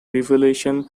revolution